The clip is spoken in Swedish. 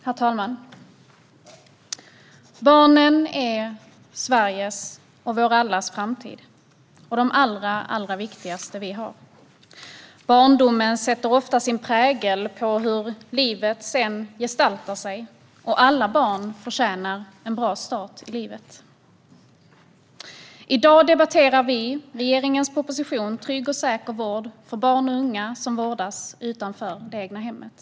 Herr talman! Barnen är Sveriges och allas vår framtid, och de allra viktigaste vi har. Barndomen sätter ofta sin prägel på hur livet sedan gestaltar sig. Och alla barn förtjänar en bra start i livet. I dag debatterar vi regeringens proposition Trygg och säker vård för barn och unga som vårdas utanför det egna hemmet .